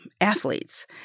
athletes